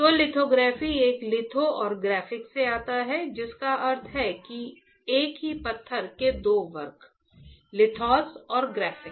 तो लिथोग्राफी एक लिथो और ग्राफिक से आती है जिसका अर्थ है कि एक ही पत्थर से दो वक्र लिथोस और ग्राफिक